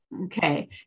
Okay